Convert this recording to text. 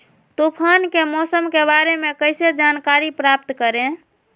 तूफान के मौसम के बारे में कैसे जानकारी प्राप्त करें?